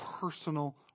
personal